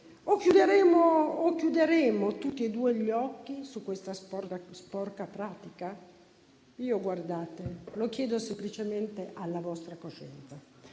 O chiuderemo tutti e due gli occhi su questa sporca pratica? Lo chiedo semplicemente alla vostra coscienza,